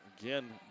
Again